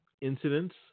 incidents